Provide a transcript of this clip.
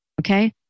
Okay